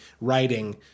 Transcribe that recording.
writing